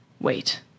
Wait